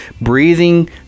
breathing